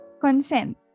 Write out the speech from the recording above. consent